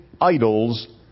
idols